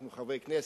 אנחנו חברי כנסת,